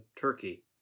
Turkey